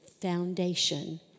foundation